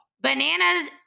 Bananas